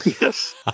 Yes